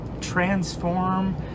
transform